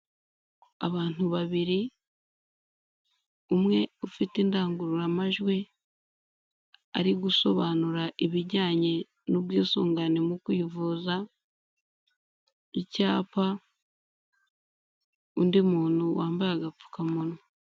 Abantu babiri, umwe ufite indangururamajwi ari gusobanura ibijyanye n'ubwisungane mu kwivuza, icyapa, undi muntu wambaye agapfukamunwa.